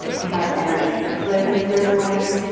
have energy circulating a certain way,